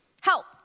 Help